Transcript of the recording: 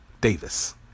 Davis